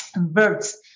birds